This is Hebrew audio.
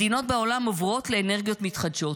מדינות בעולם עוברות לאנרגיות מתחדשות